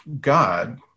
God